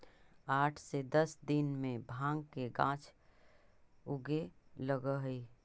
आठ से दस दिन में भाँग के गाछ उगे लगऽ हइ